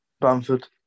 Bamford